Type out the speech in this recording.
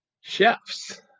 chefs